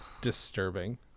disturbing